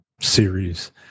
series